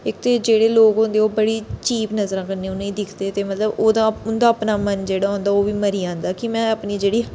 इत्त ते जेह्डे़ लोक होंदे बडी चीप नजरा कन्नै उ'नेंगी दिखदे ते मतलब ओह्दा उं'दा अपना मन जेह्ड़ा होंदा ओह् बी मरी जंदा कि में अपनी जेह्ड़ी